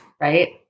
Right